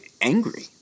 angry